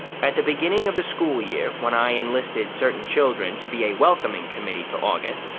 at the beginning of the school year, when i enlisted certain children to be a welcoming committee to august,